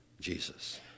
Jesus